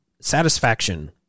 satisfaction